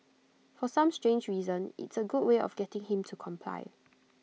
for some strange reason it's A good way of getting him to comply